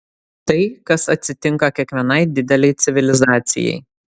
tai kas atsitinka kiekvienai didelei civilizacijai